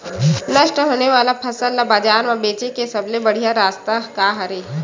नष्ट होने वाला फसल ला बाजार मा बेचे के सबले बढ़िया रास्ता का हरे?